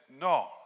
no